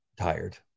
tired